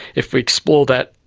if we explore that,